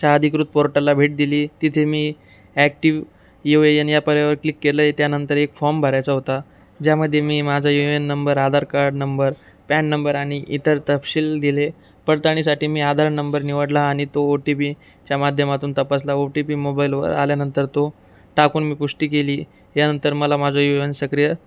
आधिकृत पोर्टलला भेट दिली तिथे मी ॲक्टिव यू ए एन या पर्यायावर क्लिक केलं त्यानंतर एक फॉर्म भरायचा होता ज्यामध्येे मी माझा U A N number Aadhaar card number PAN number आणि इतर तपशील दिले पडताळणीसाठी मी आधार नंबर निवडला आणि तो ओ टी पी च्या माध्यमातून तपासला ओ टी पी मोबाईलवर आल्यानंतर तो टाकून मी पुष्टी केली यानंतर मला माझं यू ए एन सक्रिय